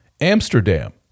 Amsterdam